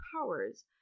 powers